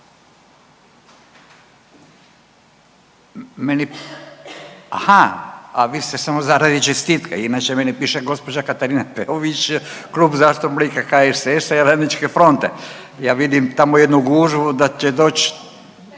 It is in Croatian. aha, a vi ste samo za, radi čestitke, inače meni piše gđa. Katarina Peović, Klub zastupnika HSS-a i RF-a. Ja vidim tamo jednu gužvu da će doć